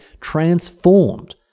transformed